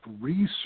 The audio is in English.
research